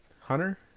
Hunter